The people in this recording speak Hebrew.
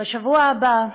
בשבוע הבא,